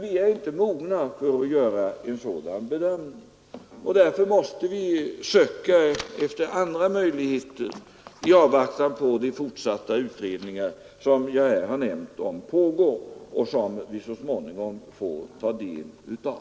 Vi är inte mogna för att göra en sådan bedömning, och därför måste vi söka efter andra möjligheter i avvaktan på de fortsatta utredningar som jag har nämnt och som pågår och som vi så småningom får ta del av.